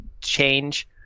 change